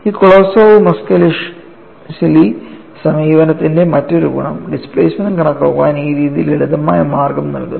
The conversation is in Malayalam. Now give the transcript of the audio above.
ഈ കൊളോസോവ് മസ്കെലിഷ്വിലി സമീപനത്തിന്റെ മറ്റൊരു ഗുണം ഡിസ്പ്ലേസ്മെൻറ് കണക്കാക്കാൻ ഈ രീതി ലളിതമായ മാർഗ്ഗം നൽകുന്നു